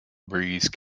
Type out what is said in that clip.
breeze